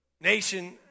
nation